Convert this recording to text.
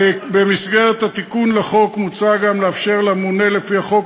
במסגרת התיקון לחוק מוצע גם לאפשר לממונה לפי החוק